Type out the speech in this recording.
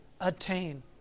attain